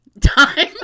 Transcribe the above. Time